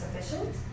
sufficient